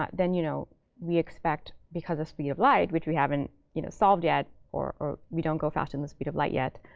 ah then you know we expect because of speed of light, which we haven't you know solved yet or we don't go faster than the speed of light yet.